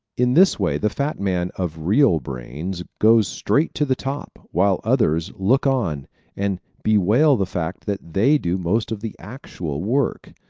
in this way the fat man of real brains goes straight to the top while others look on and bewail the fact that they do most of the actual work.